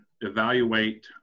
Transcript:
evaluate